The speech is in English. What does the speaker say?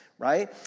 right